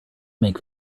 make